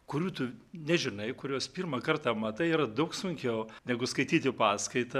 kurių tu nežinai kuriuos pirmą kartą matai yra daug sunkiau negu skaityti paskaitą